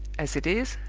as it is,